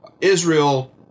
Israel